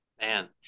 Man